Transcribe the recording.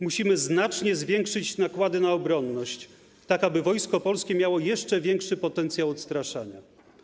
Musimy znacznie zwiększyć nakłady na obronność, tak aby Wojsko Polskie miało jeszcze większy potencjał odstraszania.